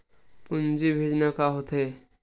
पूंजी भेजना का होथे?